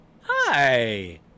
Hi